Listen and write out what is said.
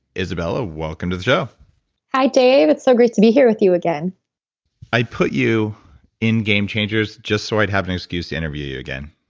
izabella, welcome to the show hi dave. it's so great to be here with you again i put you in game changers just so i'd have an excuse to interview you again